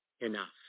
Enough